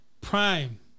prime